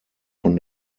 von